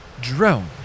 drone